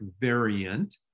variant